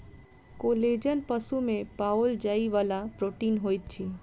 collagen पशु में पाओल जाइ वाला प्रोटीन होइत अछि